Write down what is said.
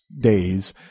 days